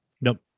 Nope